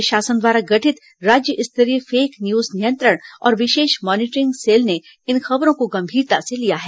राज्य शासन द्वारा गठित राज्य स्तरीय फेक न्यूज नियंत्रण और विशेष मॉनिटरिंग सेल ने इन खबरों को गंभीरता से लिया है